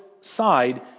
side